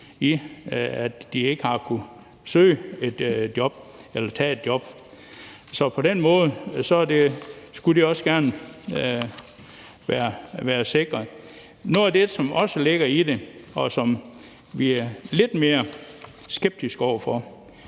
i, at de ikke har søgt eller taget et job. Så på den måde skulle det også gerne være sikret. Noget af det, som også ligger i det, og som vi er lidt mere skeptiske over for,